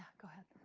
go ahead.